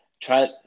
try